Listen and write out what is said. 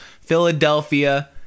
philadelphia